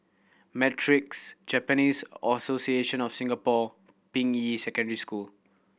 Matrix Japanese Association of Singapore Ping Yi Secondary School